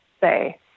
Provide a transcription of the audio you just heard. say